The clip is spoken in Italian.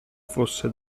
fosse